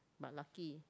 but lucky